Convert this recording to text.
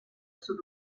sud